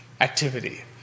activity